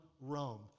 Rome